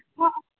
हँ